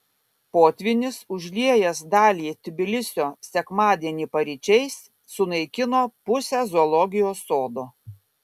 potvynis užliejęs dalį tbilisio sekmadienį paryčiais sunaikino pusę zoologijos sodo